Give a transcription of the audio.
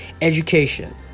education